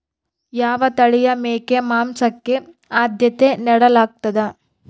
ಯಾವ ತಳಿಯ ಮೇಕೆ ಮಾಂಸಕ್ಕೆ, ಆದ್ಯತೆ ನೇಡಲಾಗ್ತದ?